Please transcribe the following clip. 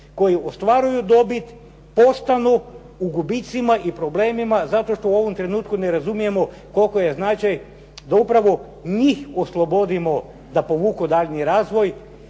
koji ostvaruju dobit postanu u gubicima i problemima zato što u ovom trenutku ne razumijemo koliko je značaj da upravo njih oslobodimo da povuku daljnji razvoj,